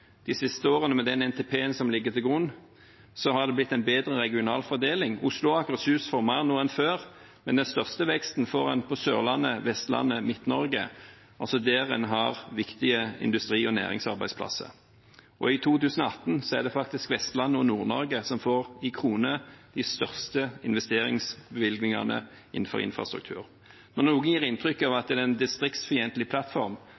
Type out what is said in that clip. De siste årene – med den NTP-en som ligger til grunn – har det blitt en bedre regional fordeling. Oslo og Akershus får mer nå enn før, men den største veksten får en på Sørlandet, Vestlandet, Midt-Norge, altså der en har viktige industri- og næringsarbeidsplasser. I 2018 er det faktisk Vestlandet og Nord-Norge som, i kroner, får de største investeringsbevilgningene innen infrastruktur. Når noen gir inntrykk av at det er en distriktsfiendtlig plattform,